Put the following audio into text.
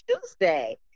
Tuesday